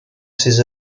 ses